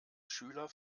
schüler